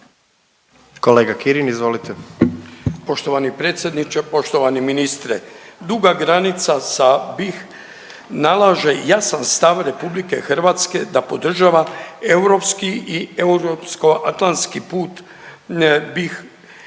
**Kirin, Ivan (HDZ)** Poštovani predsjedniče, poštovani ministre. Duga granica sa BiH nalaže jasan stav RH da podržava europski i europsko-atlantski put BiH.